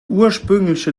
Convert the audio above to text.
ursprüngliche